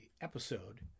episode